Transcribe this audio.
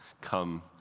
come